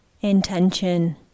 intention